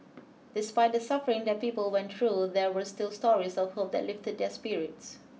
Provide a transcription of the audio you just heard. despite the suffering that people went through there were still stories of hope that lifted their spirits